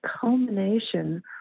culmination